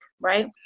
right